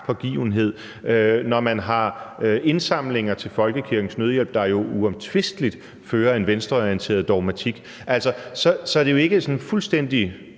agtpågivenhed, når man har indsamlinger til Folkekirkens Nødhjælp, der jo uomtvisteligt fører en venstreorienteret dogmatik, så er det ikke sådan fuldstændig